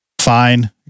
fine